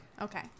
Okay